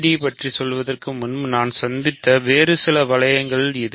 PID பற்றி சொல்வதற்கு முன்பு நாம் சந்தித்த வேறு சில வளையங்கள் இது